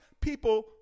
people